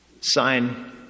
sign